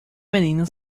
menino